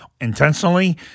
intentionally